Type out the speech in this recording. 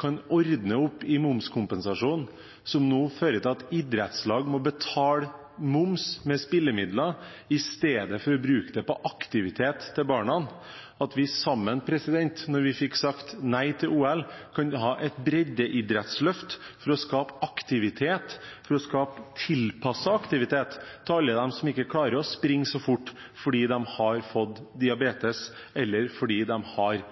kan ordne opp i momskompensasjonen, som nå fører til at idrettslag må betale moms med spillemidler istedenfor å bruke det på aktivitet til barna, gjør at vi sammen – når vi fikk sagt nei til OL – kan få et breddeidrettsløft for å skape aktivitet, for å skape tilpasset aktivitet til alle dem som ikke klarer å springe så fort, fordi de har fått diabetes, eller fordi de har